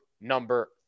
number